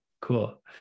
cool